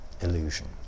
illusion